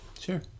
Sure